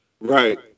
Right